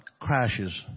crashes